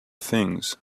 things